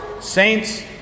saints